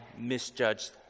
misjudged